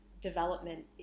development